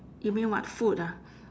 you mean what food ah